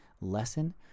lesson